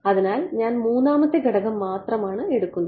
അതിനാൽ ഞാൻ മൂന്നാമത്തെ ഘടകം മാത്രമാണ് എടുക്കുന്നത്